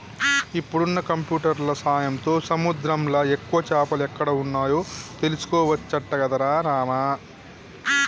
ఇప్పుడున్న కంప్యూటర్ల సాయంతో సముద్రంలా ఎక్కువ చేపలు ఎక్కడ వున్నాయో తెలుసుకోవచ్చట గదరా రామా